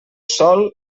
sol